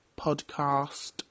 podcast